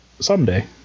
someday